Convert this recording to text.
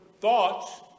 thoughts